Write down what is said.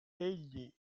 egli